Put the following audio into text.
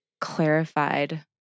clarified